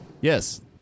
Yes